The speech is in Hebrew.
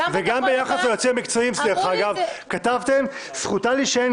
ביחס ליועצים המקצועיים כתבתם שזכותם להישען